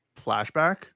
flashback